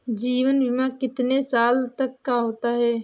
जीवन बीमा कितने साल तक का होता है?